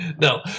No